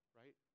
right